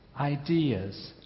ideas